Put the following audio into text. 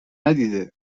ندیده